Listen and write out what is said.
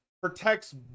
protects